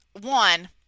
one